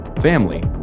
family